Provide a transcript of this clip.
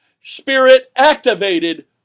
Spirit-activated